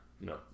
No